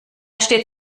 steht